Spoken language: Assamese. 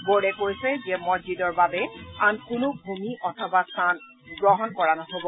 ব'ৰ্ডে কৈছে যে মছজিদৰ বাবে আন কোনো ভূমি অথবা স্থান গ্ৰহণ কৰা নহ'ব